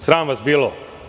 Sram vas bilo.